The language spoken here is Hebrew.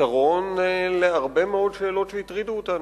פתרון להרבה מאוד שאלות שהטרידו אותנו.